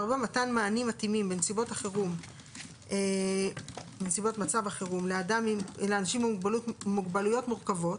(4)מתן מענים מתאימים בנסיבות מצב החירום לאנשים עם מוגבלויות מורכבות